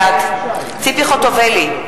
בעד ציפי חוטובלי,